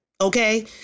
okay